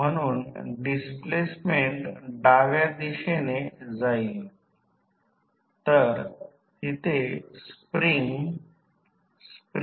हा आपण 1 वाइंडिंग मानतो आणि हा एक दुसर्या वाइंडिंग घेण्याचा विचार करतो